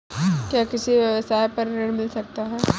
क्या किसी व्यवसाय पर ऋण मिल सकता है?